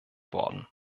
worden